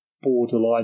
borderline